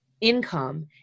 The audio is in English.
income